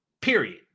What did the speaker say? period